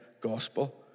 gospel